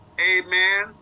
Amen